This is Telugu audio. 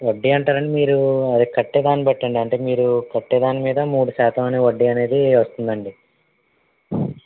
వడ్డీ అంటారా అండి మీరు అదే కట్టే దానిబట్టండి అంటే మీరు కట్టే దాని మీద మూడు శాతం వడ్డీ అనేది వస్తుందండి